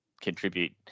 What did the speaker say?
contribute